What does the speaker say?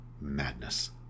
madness